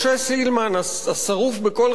השרוף בכל חלקי גופו,